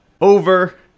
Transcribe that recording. over